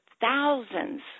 thousands